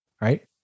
right